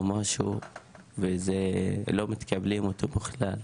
או משהו ולא מקבלים אותו בכלל,